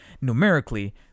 numerically